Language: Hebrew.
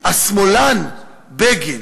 השמאלן בגין,